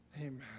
Amen